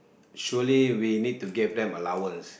surely we need to give them allowance